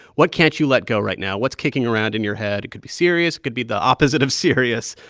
what can't you let go right now? what's kicking around in your head? it could be serious, could be the opposite of serious.